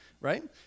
right